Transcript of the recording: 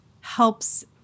helps